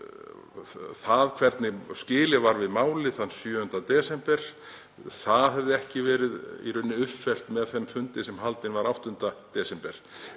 það hvernig skilið var við málið 7. desember hefði ekki verið uppfyllt með þeim fundi sem haldinn var 8. desember.